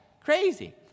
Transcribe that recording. Crazy